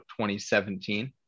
2017